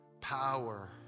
power